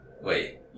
Wait